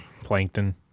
plankton